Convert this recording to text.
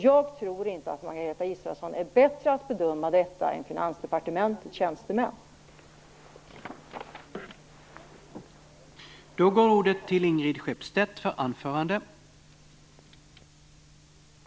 Jag tror inte att Margareta Israelsson är bättre på att bedöma detta än vad Finansdepartementets tjänstemän är.